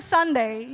Sunday